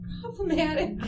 problematic